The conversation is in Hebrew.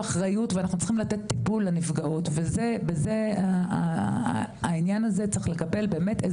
אחריות ואנחנו צריכים לתת פול לנפגעות ובזה העניין הזה צריך לקבל באמת,